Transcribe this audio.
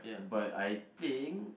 but I think